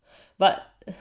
but